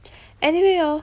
anyway hor